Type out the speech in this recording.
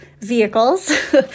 vehicles